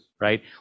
right